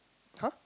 !huh!